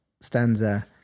stanza